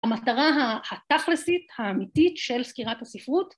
‫המטרה התכלסית, האמיתית, ‫של סקירת הספרות.